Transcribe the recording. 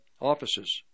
offices